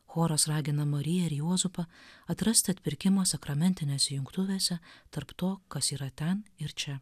choras ragina mariją ir juozapą atrasti atpirkimą sakramentinėse jungtuvėse tarp to kas yra ten ir čia